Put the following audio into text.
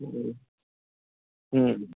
जी चीनी नहि